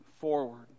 forward